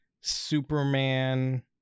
Superman